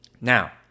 Now